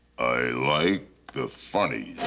i like the funnies.